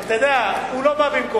אבל, אתה יודע, הוא לא בא במקום.